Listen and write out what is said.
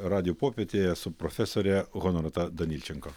radijo popietėje su profesore honorata danilčenko